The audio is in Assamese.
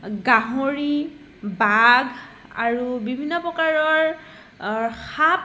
গাহৰি বাঘ আৰু বিভিন্ন প্ৰকাৰৰ সাপ